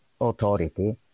authority